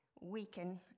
Weaken